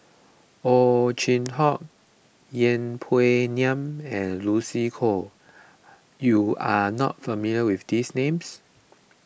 Ow Chin Hock Yeng Pway Ngon and Lucy Koh you are not familiar with these names